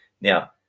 Now